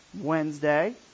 Wednesday